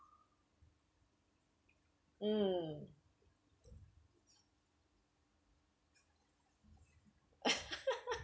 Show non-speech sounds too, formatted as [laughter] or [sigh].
mm [laughs]